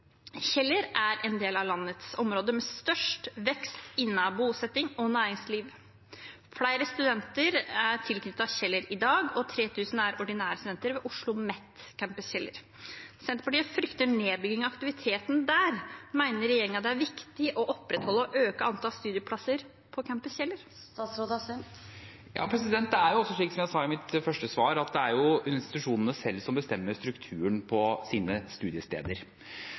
Kjeller er en del av landets område med størst vekst innen bosetting og næringsliv. Flere studenter er tilknyttet Kjeller i dag, og 3 000 er ordinære studenter ved Oslomet Kjeller Campus. Senterpartiet frykter nedbygging av aktiviteten der. Mener regjeringen det er viktig å opprettholde og øke antallet studieplasser på Kjeller Campus? Det er slik jeg sa i mitt første svar, at det er institusjonene selv som bestemmer strukturene på sine studiesteder.